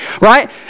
Right